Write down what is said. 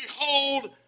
Behold